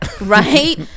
right